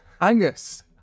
Angus